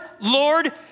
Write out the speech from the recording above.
Lord